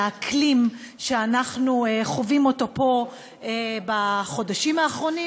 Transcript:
באקלים שאנחנו חווים פה בחודשים האחרונים,